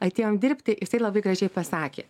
atėjom dirbti jisai labai gražiai pasakė